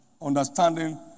Understanding